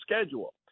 schedule